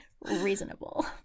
Reasonable